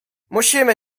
musimy